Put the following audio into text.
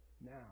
Now